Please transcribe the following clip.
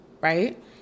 right